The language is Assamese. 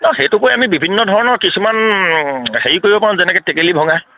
ন সেইটো কৰি আমি বিভিন্ন ধৰণৰ কিছুমান হেৰি কৰিব পাৰোঁ যেনেকে টেকেলী ভঙা